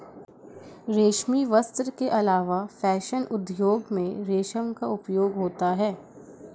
रेशमी वस्त्र के अलावा फैशन उद्योग में रेशम का उपयोग होता है